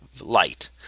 light